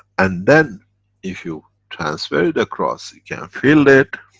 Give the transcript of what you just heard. and then if you transfer the across, you can filled it,